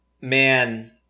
Man